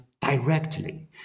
directly